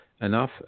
enough